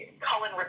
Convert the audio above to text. Cullen